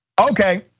Okay